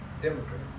Democrat